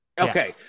Okay